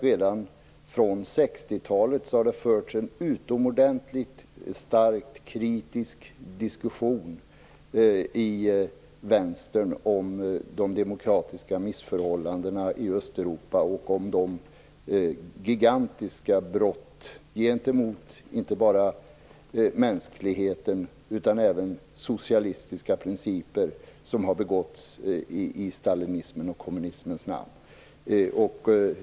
Redan från 60-talet har det förts en utomordentligt starkt kritisk diskussion i vänstern om de demokratiska missförhållanden i Östeuropa och om de gigantiska brott som har begåtts i stalinismens och kommunismens namn, inte bara gentemot mänskligheten utan även mot socialistiska principer.